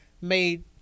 made